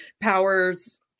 powers